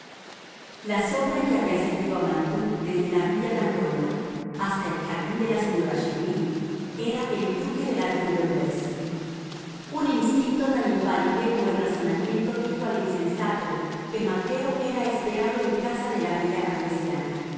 la sombra que había seguido a mantoux desde la villa dandolo hasta el jardín de la señora chermidy era el duque de la tour de embleuse un instinto tan infalible como el razonamiento dijo al insensato que mateo era esperado en casa de la bella